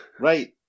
right